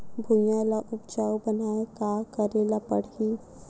भुइयां ल उपजाऊ बनाये का करे ल पड़ही?